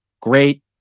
Great